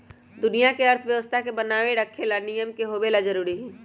दुनिया के अर्थव्यवस्था के बनाये रखे ला नियम के होवे ला जरूरी हई